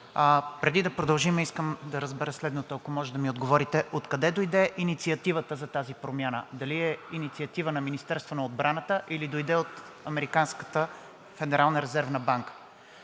Преди да продължим, искам да разбера следното, ако може да ми отговорите: откъде дойде инициативата за тази промяна – дали е инициатива на Министерството на отбраната, или дойде от Американската федерална резервна банка?